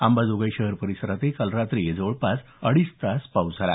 अंबाजोगाई शहर परिसरात काल रात्री जवळपास अडीच तास पाऊस झाला